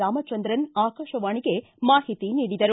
ರಾಮಚಂದ್ರನ್ ಆಕಾಶವಾಣಿಗೆ ಮಾಹಿತಿ ನೀಡಿದರು